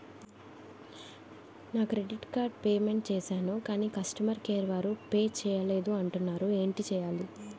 నా credit card payment చేసాను కాని కస్టమర్ కేర్ వారు పే చేయలేదు అంటున్నారు ఏంటి చేయాలి?